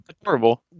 Adorable